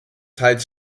teils